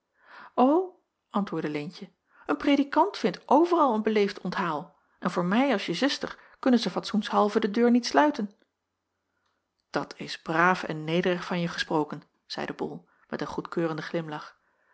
antwoordde leentje een predikant vindt overal een beleefd onthaal en voor mij als je zuster kunnen zij fatsoenshalve de deur niet sluiten dat is braaf en nederig van je gesproken zeide bol met een goedkeurenden glimlach